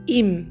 im